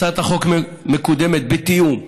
הצעת החוק מקודמת בתיאום,